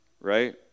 Right